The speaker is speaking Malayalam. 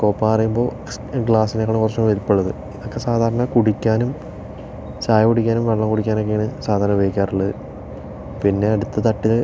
കോപ്പയെന്ന് പറയുമ്പോൾ ഗ്ലാസ്സിനേക്കാളും കുറച്ച് വലുപ്പം ഉള്ളത് ഇതൊക്കെ സാധാരണ കുടിക്കാനും ചായ കുടിക്കാനും വെള്ളം കുടിക്കാനും ഒക്കെയാണ് സാധാരണ ഉപയോഗിക്കാറുള്ളത് പിന്നെ അടുത്ത തട്ട്